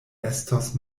estos